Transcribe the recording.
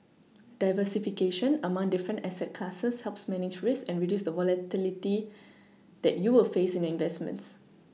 diversification among different asset classes helps manage risk and reduce the volatility that you will face in your investments